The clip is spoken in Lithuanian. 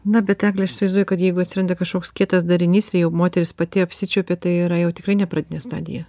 na bet egle aš įsivaizduoju kad jeigu atsiranda kažkoks kietas darinys ir jau moteris pati apsičiuopia tai yra jau tikrai ne pradinė stadija